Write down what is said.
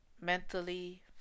mentally